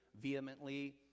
vehemently